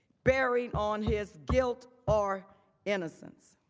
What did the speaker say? buried on his guilt or innocence.